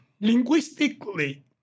linguistically